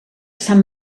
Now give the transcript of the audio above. sant